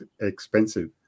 expensive